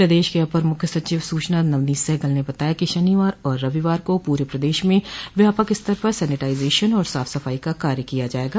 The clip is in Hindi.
प्रदेश के अपर मुख्य सचिव सूचना नवनीत सहगल ने बताया कि शनिवार और रविवार को पूरे प्रदेश में व्यापक स्तर पर सैनिटाइजेशन और साफ सफाई का कार्य किया जायेगा